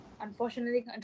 unfortunately